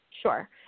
sure